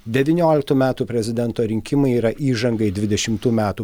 devynioliktų metų prezidento rinkimai yra įžanga į dvidešimtų metų